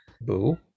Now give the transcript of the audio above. Boo